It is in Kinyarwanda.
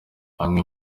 bamwe